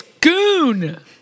Goon